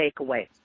takeaway